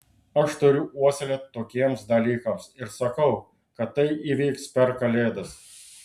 aš turiu uoslę tokiems dalykams ir sakau kad tai įvyks per kalėdas